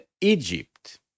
Egypt